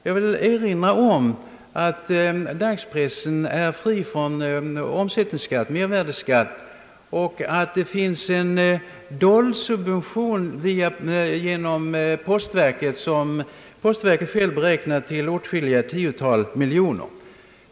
Jag vill erinra om att dagspressen är fri från mervärdeskatt och att det sker en dold subventionering genom postverket, som verket självt beräknar till åtskilliga tiotal miljoner.